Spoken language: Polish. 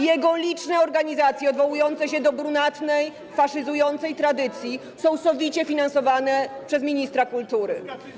Jego liczne organizacje odwołujące się do brunatnej, faszyzującej tradycji są sowicie finansowane przez ministra kultury.